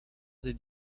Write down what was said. did